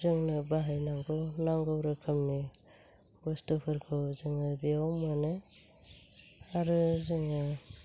जोंनो बाहायनांगौ नांगौ रोखोमनि बुस्तुफोरखौ जोङो बेयाव मोनो आरो जोङो